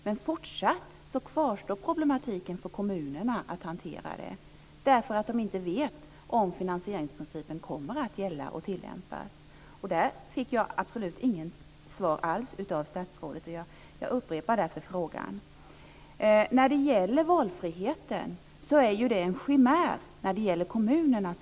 Men fortfarande kvarstår problemen för kommunerna att hantera detta, eftersom de inte vet om finansieringsprincipen kommer att tillämpas. På den punkten fick jag inga svar alls av statsrådet, så jag upprepar den frågan. Valfriheten för kommunerna är en chimär.